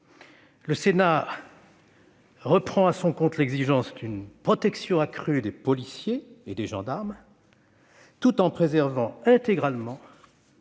Le Sénat reprend à son compte l'exigence d'une protection accrue des policiers et des gendarmes, tout en préservant intégralement